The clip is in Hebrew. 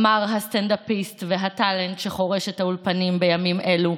אמר הסטנדאפיסט והטאלנט שחורש את האולפנים בימים אלו,